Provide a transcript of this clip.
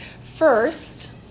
First